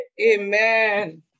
Amen